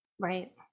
Right